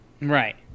Right